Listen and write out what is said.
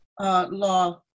law